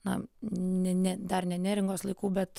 na ne ne dar ne neringos laikų bet